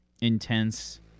intense